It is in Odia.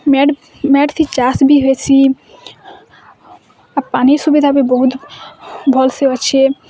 ମେଟ୍ ମେଟ୍ ଥି ଚାଷ୍ ବି ହେସି ଆଉ ପାନିର୍ ସୁବିଧା ବି ବହୁତ୍ ଭଲ୍ସେ ଅଛେ